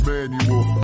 Manual